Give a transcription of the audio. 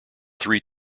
three